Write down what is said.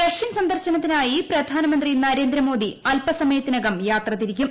Russian സന്ദർശനത്തിനായി പ്രധാനമന്ത്രി നരേന്ദ്രമോദി അല്പസമയത്തിനകം യാത്രതിരിക്കും